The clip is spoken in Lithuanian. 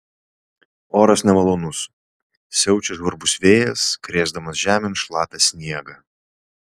oras nemalonus siaučia žvarbus vėjas krėsdamas žemėn šlapią sniegą